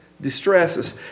distresses